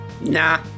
nah